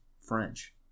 French